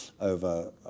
over